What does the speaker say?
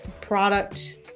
product